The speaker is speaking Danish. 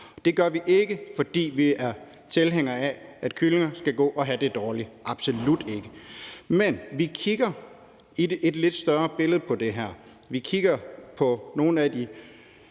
Det gør vi ikke, fordi vi er tilhængere af, at kyllinger skal gå og have det dårligt, absolut ikke, men fordi vi kigger på det her i det lidt større billede. Vi kigger jo på nogle af de